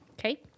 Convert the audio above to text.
Okay